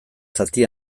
zati